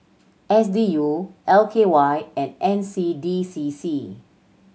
S D U L K Y and N C D C C